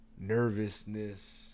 nervousness